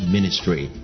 Ministry